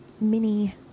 mini